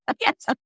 Yes